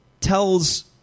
tells